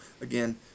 again